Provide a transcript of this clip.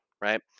right